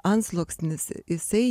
antsluoksnis jisai